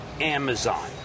Amazon